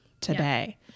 today